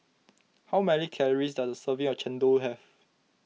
how many calories does a serving of Chendol have